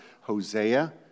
Hosea